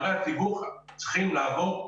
פערי התיווך צריכים לעבור חקיקה,